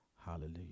Hallelujah